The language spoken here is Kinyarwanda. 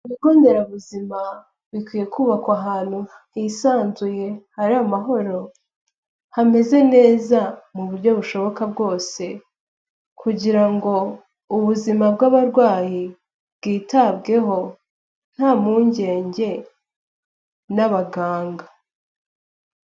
Ibigonderabuzima bikwiye kubakwa ahantu hisanzuye, hari amahoro, hameze neza mu buryo bushoboka bwose kugira ngo ubuzima bw'abarwayi bwitabweho nta mpungenge n'abaganga.